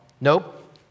nope